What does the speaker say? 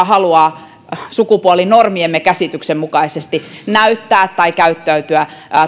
haluaa sukupuolinormiemme käsityksen mukaisesti näyttää tai käyttäytyä